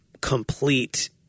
complete